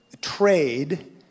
trade